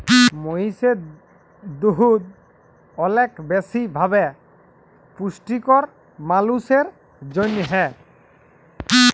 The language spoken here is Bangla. মহিষের দুহুদ অলেক বেশি ভাবে পুষ্টিকর মালুসের জ্যনহে